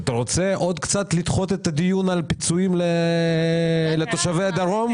אתה רוצה לדחות עוד קצת את הדיון על פיצויים לתושבי הדרום?